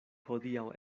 hodiaŭ